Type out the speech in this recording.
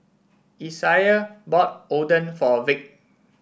Isaiah bought Oden for Vic